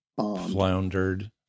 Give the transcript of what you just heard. floundered